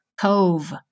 Cove